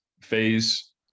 phase